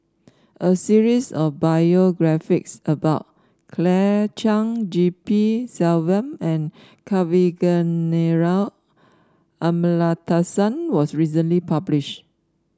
a series of biographies about Claire Chiang G P Selvam and Kavignareru Amallathasan was recently published